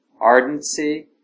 Ardency